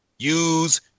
Use